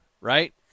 Right